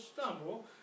stumble